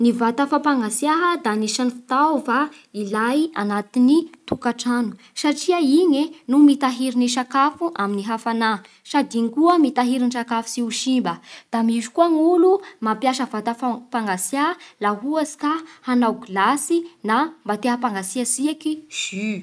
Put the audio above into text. Ny vata fampangatsiaha da anisan'ny fitaova ilay agnatin'ny tokantrano satria igny e no mitahiry ny sakafo amin'ny hafanà sady igny koa mitahiry ny sakafo tsy ho simba. Da misy koa olo mampiasa vata fampangatsiaha laha ohatsy ka hanao glasy na mba te hampangatsiakiaky jus.